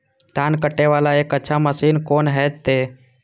धान कटे वाला एक अच्छा मशीन कोन है ते?